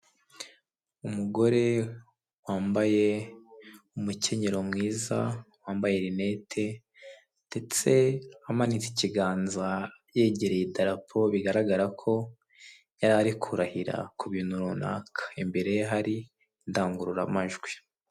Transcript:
Umugore wambaye umukenyero mwiza wambaye rinetendetse amanitse ikiganza yegereye idarapo, bigaragara ko yarari kurahira ku bintu runaka. Imbere ye hari indangururamajwi.